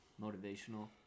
motivational